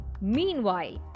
Meanwhile